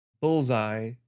Bullseye